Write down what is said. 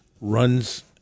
runs